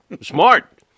Smart